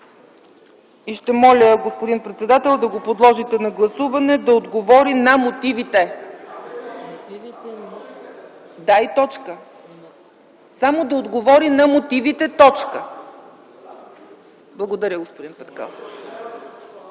и ще моля, господин председател, да го подложите на гласуване – „да отговори на мотивите”. Само да отговори на мотивите. Точка. Благодаря, господин